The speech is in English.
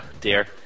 dear